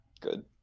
Good